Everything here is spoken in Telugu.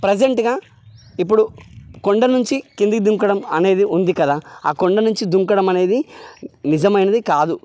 ప్రజెంట్గా ఇప్పుడు కొండ నుంచి కిందికి దూకడం అనేది ఉంది కదా ఆ కొండ నుంచి దూకడం అనేది నిజమైనది కాదు